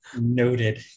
noted